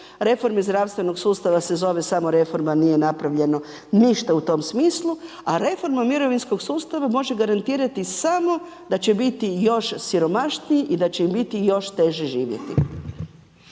reforme zdravstvenog sustava se zove samo reforma nije napravljeno ništa u tom smislu, a reforma mirovinskog sustava može garantirati samo da će biti još siromašniji i da će im biti još teže živjeti.